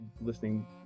listening